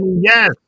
Yes